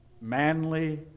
manly